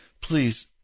please